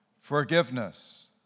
forgiveness